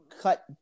cut